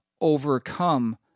overcome